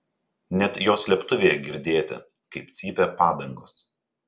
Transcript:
net jos slėptuvėje girdėti kaip cypia padangos